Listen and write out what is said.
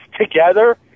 together